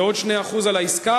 זה עוד 2% על העסקה,